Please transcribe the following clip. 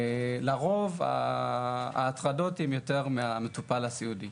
לרוב ההטרדות מגיעות יותר מכיוון המטופל הסיעודי,